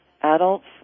adults